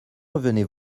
revenez